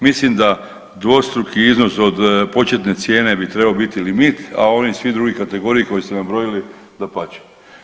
Mislim da dvostruki iznos od početne cijene bi trebao biti limit, a oni svi drugi kategorije koje ste nabrojili dapače.